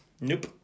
Nope